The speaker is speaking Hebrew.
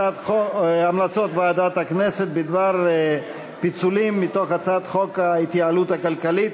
המלצות ועדת הכנסת בדבר הפיצולים מתוך הצעת חוק ההתייעלות הכלכלית